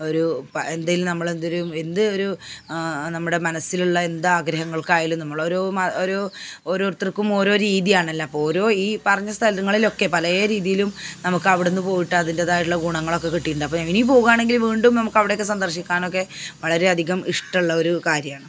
ഒരു പ എന്തെങ്കിലും നമ്മളെന്തൊരു എന്ത് ഒരു നമ്മുടെ മനസ്സിലുള്ള എന്താഗ്രഹങ്ങൾക്കായാലും നമ്മളൊരു ഒരു ഓരോരുത്തർക്കും ഓരോ രീതിയാണല്ലോ അപ്പോൾ ഓരോ ഈ പറഞ്ഞ സ്ഥലങ്ങളിലൊക്കെ പല രീതിയിലും നമുക്കവിടുന്ന് പോയിട്ട് അതിൻറ്റേതായിട്ടുള്ള ഗുണങ്ങളൊക്കെ കിട്ടിയിട്ടുണ്ട് അപ്പോൾ ഇനി പോകാണെങ്കിൽ വീണ്ടും നമുക്കവിടെയൊക്കെ സന്ദർശിക്കാനൊക്കെ വളരെയധികം ഇഷ്ടമുള്ളൊരു കാര്യമാണ്